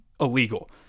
illegal